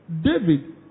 David